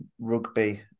rugby